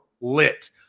lit